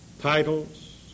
titles